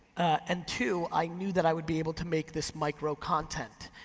and two, i knew that i would be able to make this micro content.